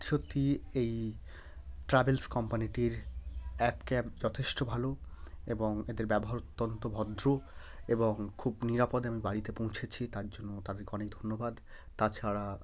সত্যি সত্যি এই ট্রাভেলস কোম্পানিটির অ্যাপ ক্যাব যথেষ্ট ভালো এবং এদের ব্যবহার অত্যন্ত ভদ্র এবং খুব নিরাপদে আমি বাড়িতে পৌঁছেছি তার জন্য তাদেরকে অনেক ধন্যবাদ তাছাড়া